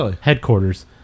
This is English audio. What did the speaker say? headquarters